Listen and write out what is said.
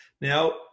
now